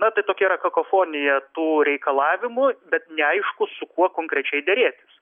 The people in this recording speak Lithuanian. na tai tokia yra kakofonija tų reikalavimų bet neaišku su kuo konkrečiai derėtis